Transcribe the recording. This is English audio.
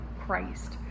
Christ